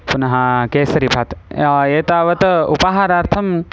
पुनः केसरिभात् एतावत् उपहारार्थम्